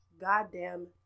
goddamn